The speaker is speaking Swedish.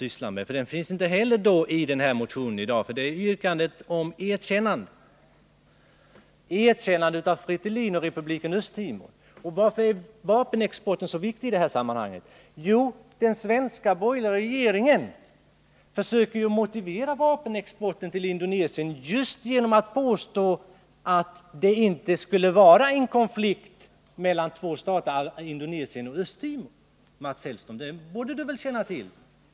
Yrkandet i vår motion handlar nämligen nu inte om biståndsfrågan. Vårt yrkande går ut på att diplomatiska förbindelser skall upprättas med regeringen i Östtimor. Varför är vapenexporten så viktig i sammanhanget? Jo, den svenska borgerliga regeringen försöker ju motivera vapenexporten till Indonesien just genom att påstå att det inte skulle var en konflikt mellan två stater, Indonesien och Östtimor. Det borde du väl känna till, Mats Hellström.